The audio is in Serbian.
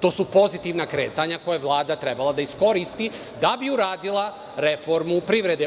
to su pozitivna kretanja koja je Vlada trebala da iskoristi da bi uradila reformu privrede.